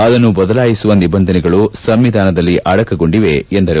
ಅದನ್ನು ಬದಲಾಯಿಸುವ ನಿಬಂಧನೆಗಳು ಸಂವಿಧಾನದಲ್ಲಿ ಅಡಕಗೊಂಡಿದ್ದವು ಎಂದರು